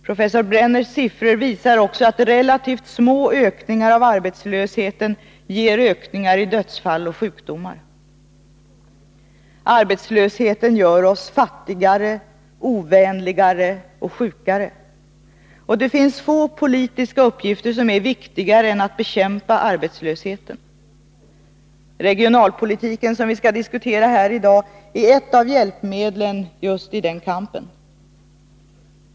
Professor Brenners siffror visar att också relativt små ökningar av arbetslösheten ger ökningar i dödsfall och sjukdomar. Arbetslösheten gör oss fattigare, ovänligare och sjukare. Det finns få politiska uppgifter som är viktigare än att bekämpa arbetslösheten. Regionalpolitiken, som vi skall diskutera här i dag, är ett av hjälpmedlen just i den kampen.